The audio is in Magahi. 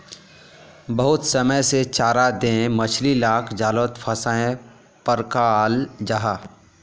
बहुत समय से चारा दें मछली लाक जालोत फसायें पक्राल जाहा